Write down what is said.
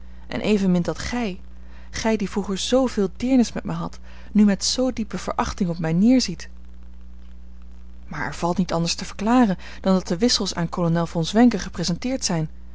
en evenmin dat gij gij die vroeger zooveel deernis met mij hadt nu met zoo diepe verachting op mij neerziet maar er valt niet anders te verklaren dan dat de wissels aan kolonel von zwenken gepresenteerd zijn